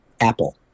apple